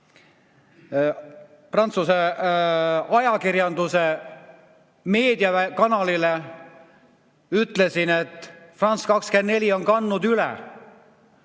Prantsuse ajakirjanduse meediakanalile, ütlesin, et France 24 on edastanud